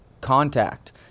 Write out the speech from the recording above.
contact